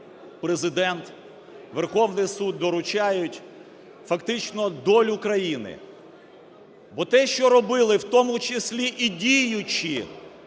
Президент, Верховний Суд доручають фактично долю країни, бо те, що робили в тому числі і діючі